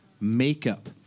makeup